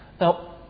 now